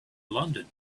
london